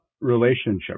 relationship